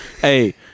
Hey